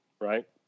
right